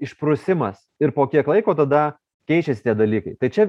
išprusimas ir po kiek laiko tada keičias tie dalykai tai čia